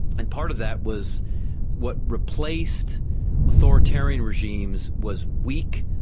and part of that was what replaced authoritarian regimes was weak,